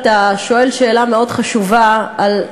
אתה שואל שאלה מאוד חשובה על,